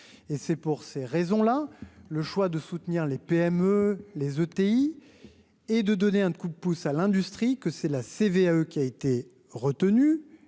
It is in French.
et c'est pour ces raisons-là, le choix de soutenir les PME les ETI et de donner un coup de pouce à l'industrie, que c'est la CVAE qui a été retenue,